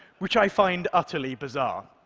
which i find utterly bizarre.